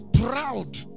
proud